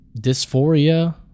dysphoria